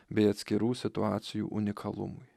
bei atskirų situacijų unikalumui